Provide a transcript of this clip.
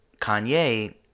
Kanye